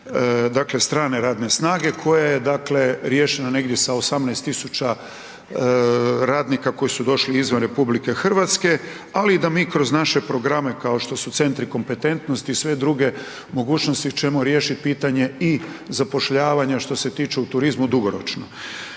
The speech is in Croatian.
pitanje strane radne snage, koje je riješeno negdje sa 18 tisuća radnika koji su došli izvan RH, ali i da mi kroz naše programe kao što su centri kompetentnosti sve druge mogućnosti ćemo riješiti pitanje i zapošljavanja što se tiče u turizmu dugoročno.